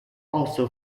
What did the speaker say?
also